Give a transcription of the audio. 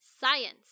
science